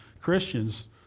Christians